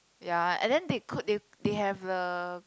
ya and then they could they have the